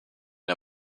der